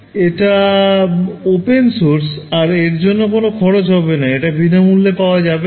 এটা open source আর এর জন্য কোন খরচ হবে না এটা বিনামুল্যে পাওয়া যাবে না